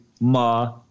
Ma